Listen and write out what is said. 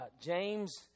James